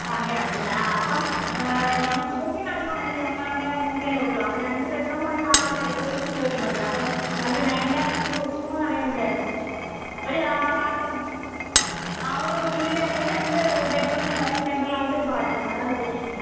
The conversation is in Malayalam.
ആ അങ്ങനെ ആണ് അല്ലേ ആ അപ്പം ഞങ്ങൾ ഉദ്ദേശിക്കുന്നത് അധികം ഒന്നും ഇല്ല ഞങ്ങൾ ആകെ മൂന്ന് പേരേ ഉള്ളൂ അപ്പം രണ്ട് ബെഡ്റൂമും ഒരു ഹാളും ഒരു അടുക്കളയും ഒരു സിറ്റൗട്ടും മതി അപ്പം നമുക്ക് നയൻ ലാക്സിന് ഒക്കുവോ എന്ന് അറിയാൻ വേണ്ടി ആയിരുന്നു ഒരു ബാത്ത്റൂം കൂടി ആ ഒരു ഉള്ളിൽ അതായത് രണ്ട് ബെഡ്റൂമിനും സെൻറ്ററിലായിട്ട് ഒരു ബാത്ത്റൂം ആണ് ഉദ്ദേശിക്കുന്നത്